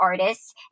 artists